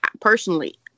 personally